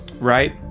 right